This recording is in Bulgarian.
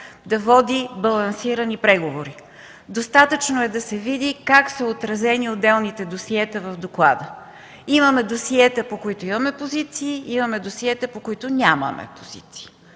да води балансирани преговори. Достатъчно е да се види как са отразени отделните досиета в доклада. Имаме досиета, по които имаме позиции, имаме досиета, по които нямаме позиции